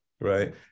right